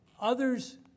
Others